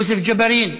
יוסף ג'בארין,